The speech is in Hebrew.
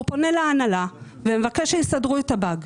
הוא פונה להנהלה ומבקש שיסדרו את הבאג.